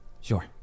Sure